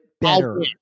better